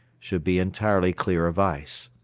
should be entirely clear of ice.